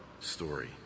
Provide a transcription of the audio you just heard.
story